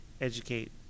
educate